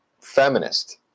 feminist